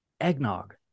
eggnog